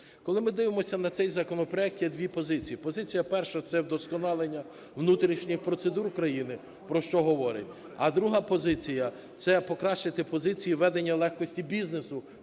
Коли ми дивимося на цей законопроект, є дві позиції: позиція перша – це вдосконалення внутрішніх процедур країни, про що говорить, а друга позиція – це покращити позиції ведення легкості бізнесу,